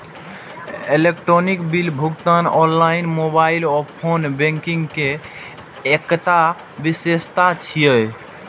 electronic bill भुगतान online, mobile आ phone banking के एकटा विशेषता छियै